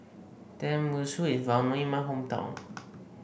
tenmusu is well known in my hometown